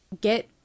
get